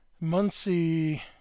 Muncie